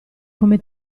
come